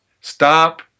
stop